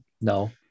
No